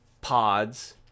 pods